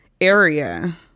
area